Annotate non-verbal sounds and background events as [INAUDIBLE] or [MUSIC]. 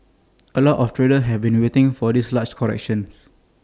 [NOISE] A lot of traders have been waiting for this large correction [NOISE]